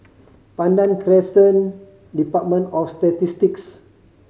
Pandan Crescent Department of Statistics